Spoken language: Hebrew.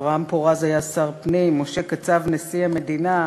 אברהם פורז היה שר הפנים, משה קצב נשיא המדינה.